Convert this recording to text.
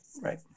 Right